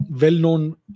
well-known